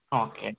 ಹಾಂ ಓಕೆ